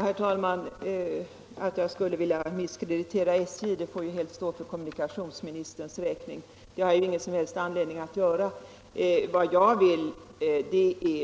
Herr talman! Att jag skulle vilja misskreditera SJ får helt stå för kommunikationsministerns räkning. Det har jag ingen som helst anledning att göra. Vad jag vill